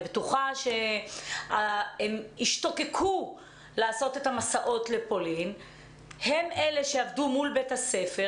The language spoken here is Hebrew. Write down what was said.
בטוחה שהן השתוקקו לעשות את המסעות לפולין הן אלה שעבדו מול בית-הספר.